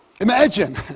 Imagine